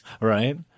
Right